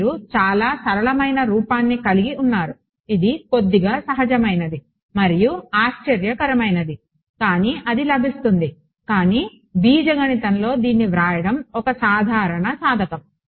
మీరు ఈ చాలా సరళమైన రూపాన్ని కలిగి ఉన్నారు ఇది కొద్దిగా సహజమైనది మరియు ఆశ్చర్యకరమైనది కానీ అది లభిస్తుంది కానీ బీజగణితంలో దీన్ని వ్రాయడం ఒక సాధారణ సాధకం